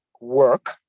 work